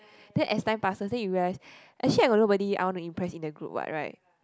then as time passes then you realise actually I got nobody I want to impress in the group what right